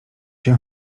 się